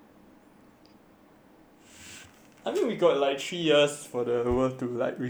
I think we got like three years for the world to like recover ah so I think should be fine dude